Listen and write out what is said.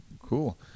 cool